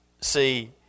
see